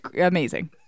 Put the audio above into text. amazing